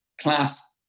class